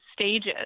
stages